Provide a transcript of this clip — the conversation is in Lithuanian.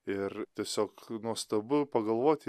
ir tiesiog nuostabu pagalvoti